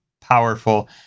powerful